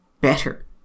better